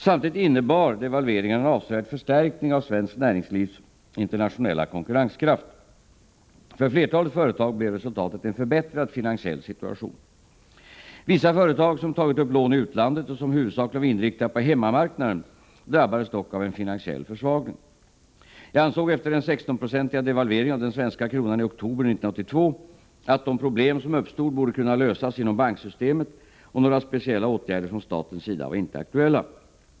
Samtidigt innebar devalveringarna en avsevärd förstärkning av svenskt näringslivs internationella konkurrenskraft. För flertalet företag blev resultatet en förbättrad finansiell situation. Vissa företag som tagit upp lån i utlandet och som huvudsakligen var inriktade på hemmamarknaden drabbades dock av en finansiell försvagning. Jag ansåg efter den 16-procentiga devalveringen av den svenska kronan i oktober 1982 att de problem som uppstod borde kunna lösas inom banksystemet, och några speciella åtgärder från statens sida var inte aktuella.